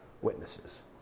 Witnesses